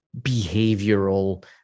behavioral